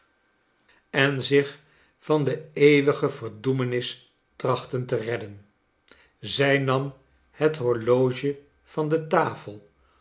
en zich van de eeuwige verdoemenis trachten te redden zij nam het horloge van de tafel